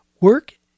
Work